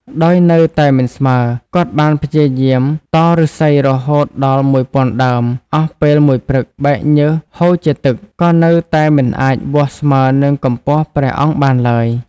ដោយនៅតែមិនស្មើ គាត់បានព្យាយាមតឫស្សីរហូតដល់មួយពាន់ដើម អស់ពេលមួយព្រឹក បែកញើសហូរជាទឹក ក៏នៅតែមិនអាចវាស់ស្មើនឹងកម្ពស់ព្រះអង្គបានឡើយ។